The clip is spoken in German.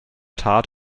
tat